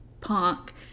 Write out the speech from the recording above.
punk